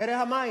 מחירי המים.